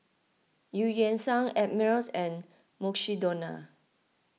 Eu Yan Sang Ameltz and Mukshidonna